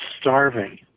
starving